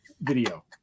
video